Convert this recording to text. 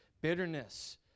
bitterness